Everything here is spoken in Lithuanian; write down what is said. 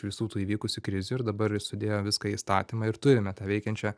visų tų įvykusių krizių ir dabar sudėjo viską į įstatymą ir turime tą veikiančią